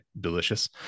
delicious